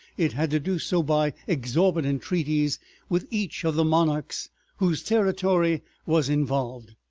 it had to do so by exorbitant treaties with each of the monarchs whose territory was involved.